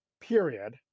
period